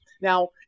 Now